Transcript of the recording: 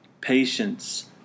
patience